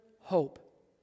hope